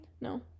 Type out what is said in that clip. No